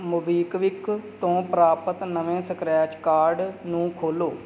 MobiKwik ਤੋਂ ਪ੍ਰਾਪਤ ਨਵੇਂ ਸਕ੍ਰੈਚ ਕਾਰਡ ਨੂੰ ਖੋਲੋ